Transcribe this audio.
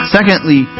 Secondly